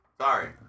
Sorry